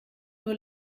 nur